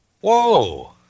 Whoa